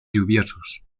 lluviosos